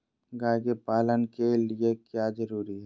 गाय के पालन के लिए क्या जरूरी है?